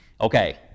Okay